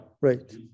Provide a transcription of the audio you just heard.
Right